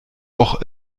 auch